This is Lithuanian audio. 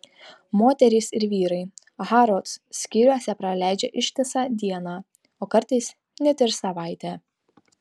moterys ir vyrai harrods skyriuose praleidžia ištisą dieną o kartais net ir savaitę